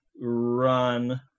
run